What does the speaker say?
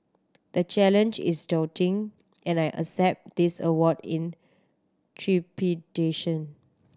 the challenge is daunting and I accept this award in trepidation